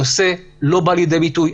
הנושא לא בא לידי ביטוי.